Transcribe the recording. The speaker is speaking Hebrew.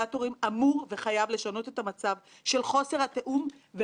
חברה עמיתה כזאת בכנסת, ואני מודה לך שאמרת שלא.